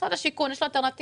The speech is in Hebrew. משרד השיכון יש לו אלטרנטיבות,